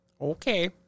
Okay